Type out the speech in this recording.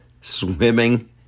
Swimming